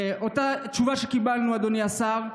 אדוני השר.